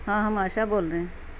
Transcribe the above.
ہاں ہم آشا بول رہے ہیں